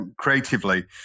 creatively